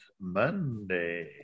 Monday